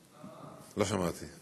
לא שמעתי.